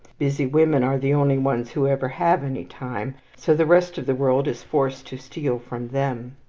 busy women are the only ones who ever have any time, so the rest of the world is forced to steal from them.